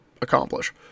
accomplish